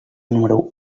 número